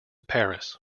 paris